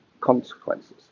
consequences